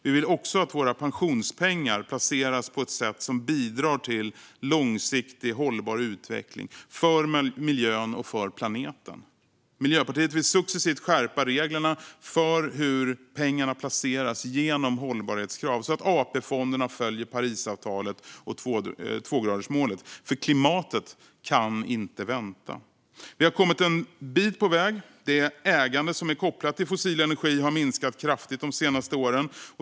Vi vill också att våra pensionspengar placeras på ett sätt som bidrar till långsiktig hållbar utveckling för miljön och för planeten. Miljöpartiet vill successivt genom hållbarhetskrav skärpa reglerna för hur pengarna placeras så att AP-fonderna följer Parisavtalet och tvågradersmålet. Klimatet kan inte vänta! Vi har kommit en bit på väg. Det ägande som är kopplat till fossil energi har minskat kraftigt de senaste åren.